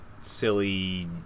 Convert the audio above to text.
silly